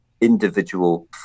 individual